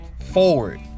forward